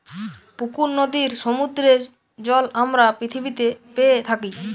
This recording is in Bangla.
পুকুর, নদীর, সমুদ্রের জল আমরা পৃথিবীতে পেয়ে থাকি